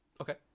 Okay